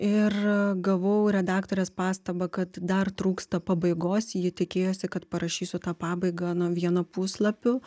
ir gavau redaktorės pastabą kad dar trūksta pabaigos ji tikėjosi kad parašysiu tą pabaigą na vienu puslapiu